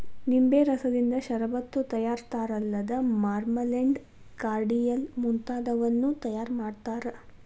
ನಿಂಬೆ ರಸದಿಂದ ಷರಬತ್ತು ತಯಾರಿಸ್ತಾರಲ್ಲದ ಮಾರ್ಮಲೆಂಡ್, ಕಾರ್ಡಿಯಲ್ ಮುಂತಾದವನ್ನೂ ತಯಾರ್ ಮಾಡ್ತಾರ